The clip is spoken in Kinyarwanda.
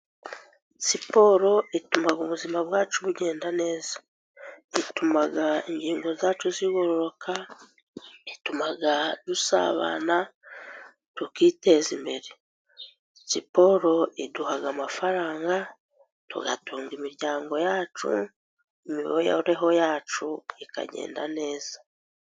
Siporo ituma ubuzima bwacu bugenda neza, dutuma ingingo zacu zigororoka, itumaga dusabana tukiteza imbere. Siporo iduha amafaranga tugatunga imiryango yacu, imibereho yacu ikagenda neza.